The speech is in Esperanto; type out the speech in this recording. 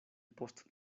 post